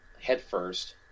headfirst